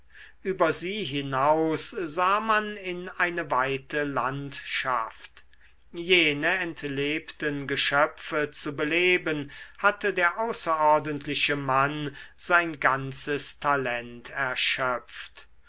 über sie hinaus sah man in eine weite landschaft jene entlebten geschöpfe zu beleben hatte der außerordentliche mann sein ganzes talent erschöpft